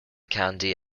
candy